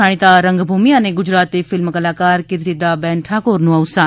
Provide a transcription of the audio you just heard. જાણીતા રંગભૂમિ અને ગુજરાતી ફિલ્મ કલાકાર કિર્તીદાબેન ઠાકોરનું અવસાન